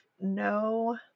no